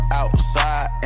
outside